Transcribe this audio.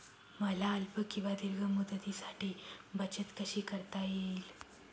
मला अल्प किंवा दीर्घ मुदतीसाठी बचत कशी करता येईल?